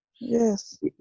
yes